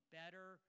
better